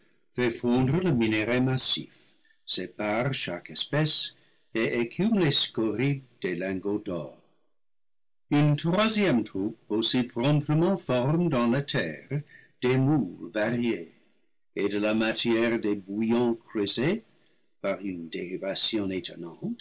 fondre le mineraimassif sépare chaque espèce et écume les scories des lingots d'or une troisième troupe aussi promptement forme dans la terre des moules variés et de la matière des bouillants creusets par une